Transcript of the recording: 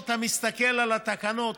כשאתה מסתכל על התקנות,